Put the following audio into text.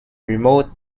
remote